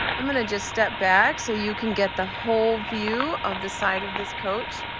i'm gonna just step back so you can get the whole view of the side of this coach.